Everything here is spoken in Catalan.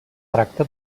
tracta